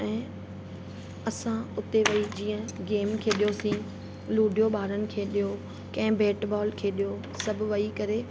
ऐं असां हुते वेई जीअं गेम खेॾियोसीं लुडियो ॿारनि खेॾियो कंहिं बेट बॉल खेॾियो सभु वेई करे